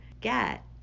get